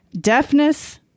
deafness